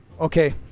Okay